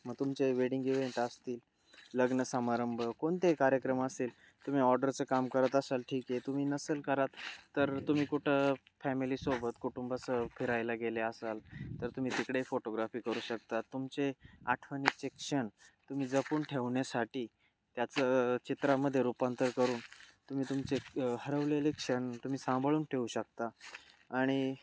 मग तुमचे wedding event असतील लग्न समारंभ कोणतेही कार्यक्रम असतील तुम्ही ऑर्डरचं काम करत असाल ठीक आहे तुम्ही नसेल करत तर तुम्ही कुठं फॅमिलीसोबत कुटुंबासह फिरायला गेले असाल तर तुम्ही तिकडे फोटोग्राफी करू शकता तुमचे आठवणीचे क्षण तुम्ही जपून ठेवण्यासाठी त्याचं चित्रामध्ये रूपांतर करून तुम्ही तुमचे हरवलेले क्षण तुम्ही सांभाळून ठेवू शकता आणि